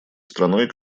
страной